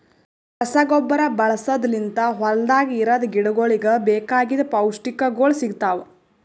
ರಸಗೊಬ್ಬರ ಬಳಸದ್ ಲಿಂತ್ ಹೊಲ್ದಾಗ ಇರದ್ ಗಿಡಗೋಳಿಗ್ ಬೇಕಾಗಿದ್ ಪೌಷ್ಟಿಕಗೊಳ್ ಸಿಗ್ತಾವ್